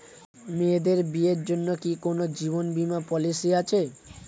মেয়েদের বিয়ের জন্য কি কোন জীবন বিমা পলিছি আছে?